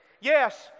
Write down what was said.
Yes